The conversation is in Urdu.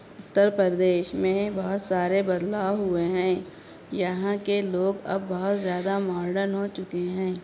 اتر پردیش میں بہت سارے بدلاؤ ہوئے ہیں یہاں کے لوگ اب بہت زیادہ ماڈرن ہو چکے ہیں